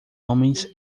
homens